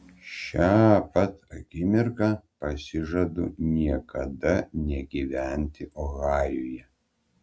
šią pat akimirką pasižadu niekada negyventi ohajuje